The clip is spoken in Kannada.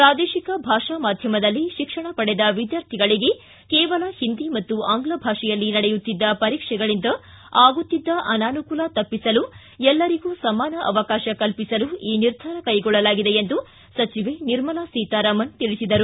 ಪೂದೇಶಿಕ ಭಾಷಾ ಮಾಧ್ಯಮದಲ್ಲಿ ಶಿಕ್ಷಣ ಪಡೆದ ವಿದ್ಶಾರ್ಥಿಗಳಿಗೆ ಕೇವಲ ಒಂದಿ ಮತ್ತು ಅಂಗ್ಲ ಭಾಷೆಯಲ್ಲಿ ನಡೆಯುತ್ತಿದ್ದ ಪರೀಕ್ಷೆಗಳಿಂದ ಆಗುತ್ತಿದ್ದ ಅನಾನುಕೂಲ ತಪ್ಪಿಸಲು ಎಲ್ಲರಿಗೂ ಸಮಾನ ಅವಕಾಶ ಕಲ್ಪಿಸಲು ಈ ನಿರ್ಧಾರ ಕೈಗೊಳ್ಳಲಾಗಿದೆ ಎಂದರು